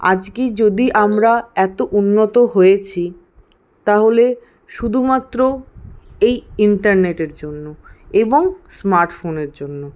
আজকে যদি আমরা এত উন্নত হয়েছি তাহলে শুধুমাত্র এই ইন্টারনেটের জন্য এবং স্মার্টফোনের জন্য